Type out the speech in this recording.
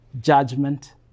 judgment